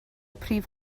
prif